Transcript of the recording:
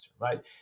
right